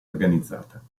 organizzata